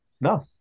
No